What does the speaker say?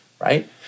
Right